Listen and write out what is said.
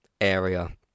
area